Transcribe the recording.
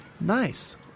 Nice